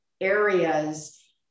areas